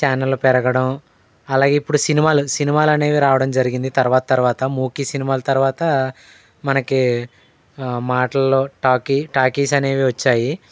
ఛానళ్ళు పెరగడం అలాగే ఇప్పుడు సినిమాలు సినిమాలనేవి రావడం జరిగింది తర్వాత తర్వాత మూకీ సినిమాల తర్వాత మనకి మాటల్లో టాకీ టాకీస్ అనేవి వచ్చాయి